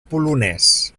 polonès